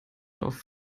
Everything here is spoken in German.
auf